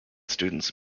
students